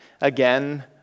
again